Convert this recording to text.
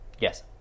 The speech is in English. yes